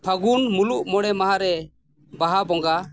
ᱯᱷᱟᱹᱜᱩᱱ ᱢᱩᱞᱩᱜ ᱢᱚᱬᱮ ᱢᱟᱦᱟᱨᱮ ᱵᱟᱦᱟ ᱵᱚᱸᱜᱟ